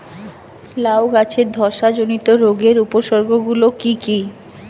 লাউ গাছের ধসা জনিত রোগের উপসর্গ গুলো কি কি?